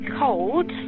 cold